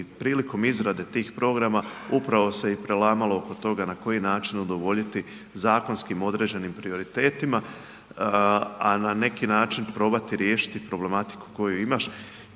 i prilikom izrade tih programa upravo se i prelamalo oko toga na koji način udovoljiti zakonskim određenim prioritetima, a ne neki način probati riješiti problematiku koju imaš.